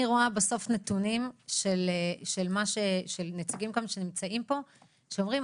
אני רואה בסוף נתונים של נציגים שנמצאים פה ואומרים: